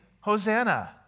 Hosanna